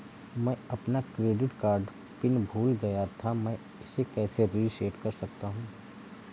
मैं अपना credit card PIN भूल गया था मैं इसे कैसे रीसेट कर सकता हूँ?